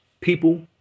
People